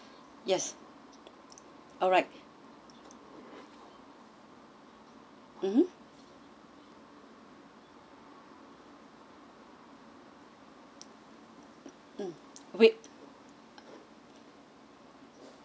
yes alright mmhmm mm wait